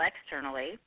externally